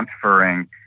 transferring